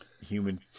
human